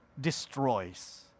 destroys